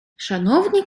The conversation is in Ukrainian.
шановні